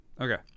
Okay